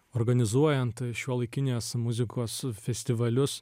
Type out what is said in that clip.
organizuojant šiuolaikinės muzikos festivalius